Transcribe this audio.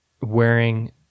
wearing